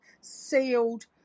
sealed